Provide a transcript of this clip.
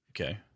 Okay